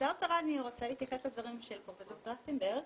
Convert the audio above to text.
בקצרצרה אני רוצה להתייחס לדברים של פרופ' טרכטנברג.